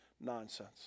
nonsense